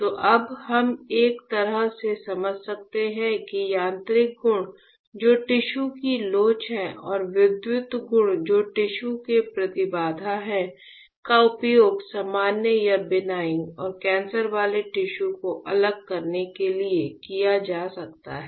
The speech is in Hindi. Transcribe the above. तो अब हम एक तरह से समझ सकते हैं कि यांत्रिक गुण जो टिश्यू की लोच है और विद्युत गुण जो टिश्यू के प्रतिबाधा हैं का उपयोग सामान्य या बिनाइन और कैंसर वाले टिश्यू को अलग करने के लिए किया जा सकता है